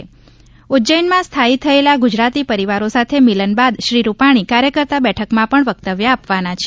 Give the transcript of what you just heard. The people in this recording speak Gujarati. ઊજ્જૈનમાં સ્થાયી થયેલા ગુજરાતી પરિવારો સાથે મિલન બાદ શ્રી રૂપાણી કાર્યકર્તા બેઠકમાં પણ વકતવ્ય આપવાના છે